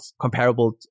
comparable